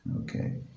Okay